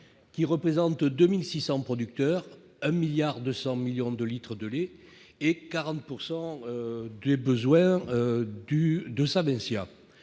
AOP représentant 2 600 producteurs, 1,2 milliard de litres de lait et 40 % des besoins de Savencia.